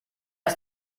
ist